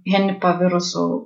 henipa virusų